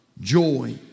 joy